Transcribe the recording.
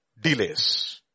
Delays